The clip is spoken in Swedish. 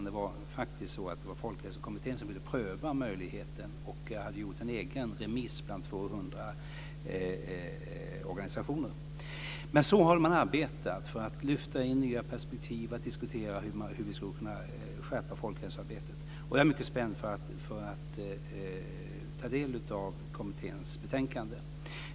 Det var faktiskt Folkhälsokommittén som ville pröva möjligheten och hade gjort en egen remiss bland 200 organisationer. Så har man arbetat för att lyfta in nya perspektiv och diskutera hur vi skulle kunna skärpa folkhälsoarbetet. Jag är mycket spänd på att ta del av kommitténs betänkande.